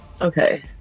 Okay